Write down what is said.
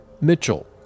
Mitchell